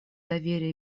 доверия